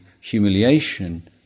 Humiliation